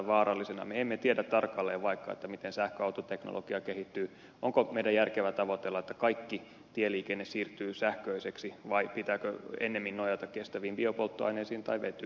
me emme tiedä tarkalleen vaikkapa sitä miten sähköautoteknologia kehittyy onko meidän järkevä tavoitella sitä että kaikki tieliikenne siirtyy sähköiseksi vai pitääkö ennemmin nojata kestäviin biopolttoaineisiin tai vetyyn